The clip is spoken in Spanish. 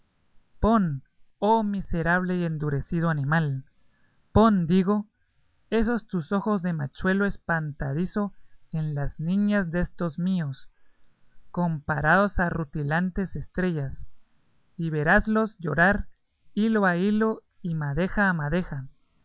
pon oh miserable y endurecido animal pon digo esos tus ojos de machuelo espantadizo en las niñas destos míos comparados a rutilantes estrellas y veráslos llorar hilo a hilo y madeja a madeja